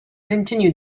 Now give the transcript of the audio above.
continued